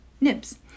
nibs